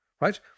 right